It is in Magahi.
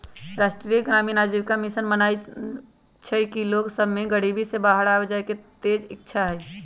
राष्ट्रीय ग्रामीण आजीविका मिशन मानइ छइ कि लोग सभ में गरीबी से बाहर आबेके तेज इच्छा हइ